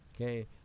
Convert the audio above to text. okay